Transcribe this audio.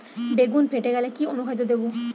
বেগুন ফেটে গেলে কি অনুখাদ্য দেবো?